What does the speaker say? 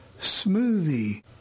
smoothie